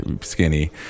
skinny